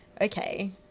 okay